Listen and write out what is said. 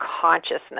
consciousness